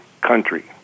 country